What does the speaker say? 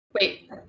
Wait